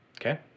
Okay